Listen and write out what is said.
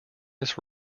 this